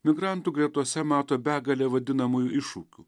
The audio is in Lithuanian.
migrantų gretose mato begalę vadinamųjų iššūkių